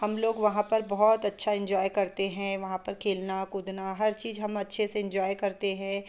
हम लोग वहाँ पर बहुत अच्छा इंजॉय करते हैं वहाँ पर खेलना कूदना हर चीज़ हम अच्छे से इंजॉय करते हैं